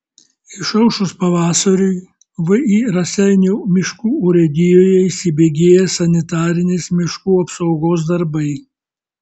išaušus pavasariui vį raseinių miškų urėdijoje įsibėgėja sanitarinės miškų apsaugos darbai